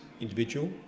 individual